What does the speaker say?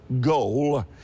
goal